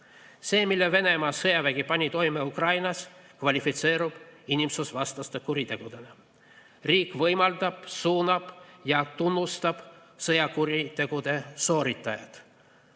See, mille Venemaa sõjavägi pani toime Ukrainas, kvalifitseerub inimsusevastaste kuritegudena. Riik võimaldab, suunab ja tunnustab sõjakuritegude sooritajaid.